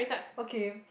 okay